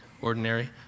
ordinary